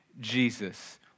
Jesus